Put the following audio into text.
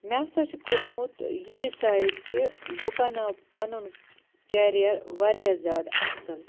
مےٚ ہسا چھُ کوٚرمُت یہِ ڈِسایِڈ کہِ بہٕ بناوٕ پَنُن کیریَر واریاہ زیادٕ اَصٕل